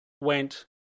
went